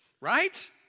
Right